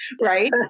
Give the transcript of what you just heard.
right